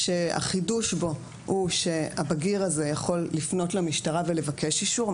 החידוש בו הוא שהבגיר הזה יכול לפנות למשטרה ולבקש אישור,